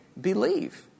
believe